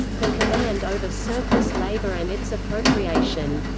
the command over surplus-labour and its appropriation.